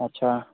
अच्छा